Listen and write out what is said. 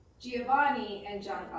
giovanni and